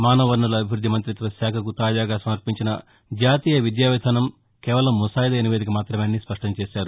మానవ వనరుల అభివ్బద్గి మంతిత్వ శాఖకు తాజాగా సమర్పించిన జాతీయ విద్యా విధానం కేవలం ముసాయిదా నివేదిక మాత్రమేనని ఆయన స్పష్టం చేశారు